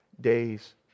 days